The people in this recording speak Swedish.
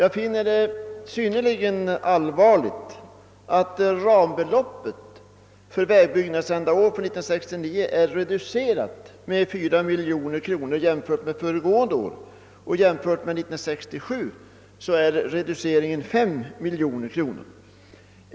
Jag finner det synnerligen allvarligt att rambeloppet för vägbyggnadsändamål för 1969 är reducerat med 4 miljoner kronor jäm fört med föregående år; i jämförelse med år 1967 är reduceringen 5 miljoner kronor.